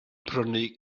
prynu